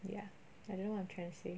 ya I don't know what I'm trying to say